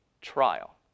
trial